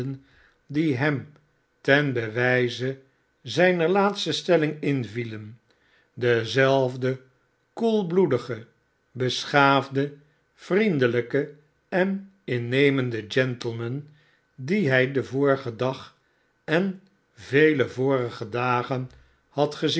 die hem ten bewijze zijner laatste stelling invielen denzelfden koelbloedigen beschaafden vriendelijken en innemenden gentleman dien hij den vorigen dag en vele vorige dagen had